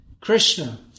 Krishna